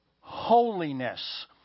holiness